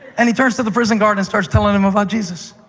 and he turns to the prison guard and starts telling him about jesus.